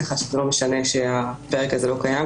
כך שלא משנה שהפרק הזה לא קיים.